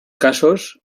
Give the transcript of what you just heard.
casos